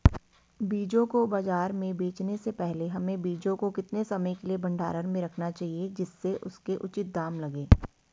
बीजों को बाज़ार में बेचने से पहले हमें बीजों को कितने समय के लिए भंडारण में रखना चाहिए जिससे उसके उचित दाम लगें?